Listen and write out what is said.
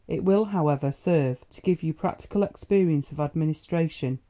it will, however, serve to give you practical experience of administration,